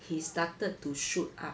he started to shoot up